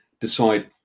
decide